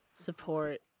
support